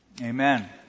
Amen